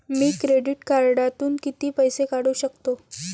मी credit कार्डातून किती पैसे काढू शकतो?